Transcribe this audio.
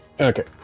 Okay